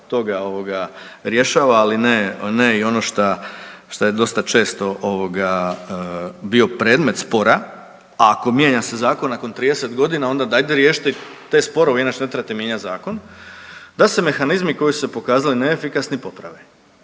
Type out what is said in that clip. ovoga rješava, ali ne, ne i ono šta, šta je dosta često ovoga bio predmet spora, a ako mijenja se zakon nakon 30.g. onda dajete riješite te sporove inače ne trebate mijenjati zakon da se mehanizmi koji su se pokazali neefikasni poprave.